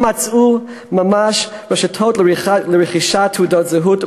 הם מצאו ממש רשתות לרכישת תעודות זהות,